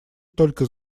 только